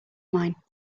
mine